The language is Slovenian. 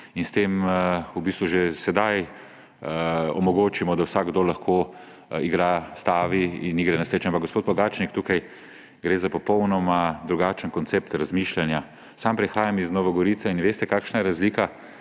in s tem v bistvu že sedaj omogočimo, da vsakdo lahko igra, stavi in igra na srečo. Ampak, gospod Pogačnik, tukaj gre za popolnoma drugačen koncept razmišljanja. Sam prihajam iz Nove Gorice. In veste, kakšna je razlika,